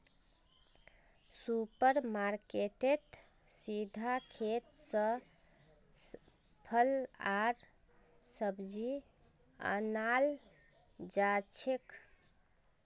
super मार्केटेत सीधा खेत स फल आर सब्जी अनाल जाछेक